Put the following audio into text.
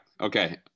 Okay